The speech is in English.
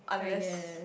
I guess